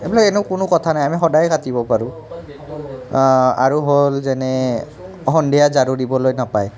এইবিলাক এনে কোনো কথা নাই আমি সদায় কাটিব পাৰোঁ আৰু হ'ল যেনে সন্ধিয়া ঝাৰু দিবলৈ নাপায়